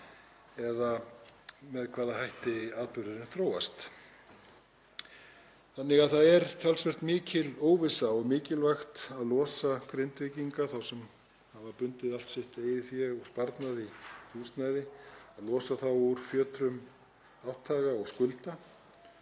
eða með hvaða hætti atburðurinn þróast. Það er því talsvert mikil óvissa og mikilvægt að losa Grindvíkinga, þá sem hafa bundið allt sitt eigið fé og sparnað í húsnæði, úr fjötrum átthaga og skulda.